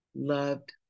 Loved